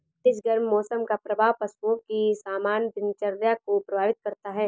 तेज गर्म मौसम का प्रभाव पशुओं की सामान्य दिनचर्या को प्रभावित करता है